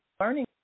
learning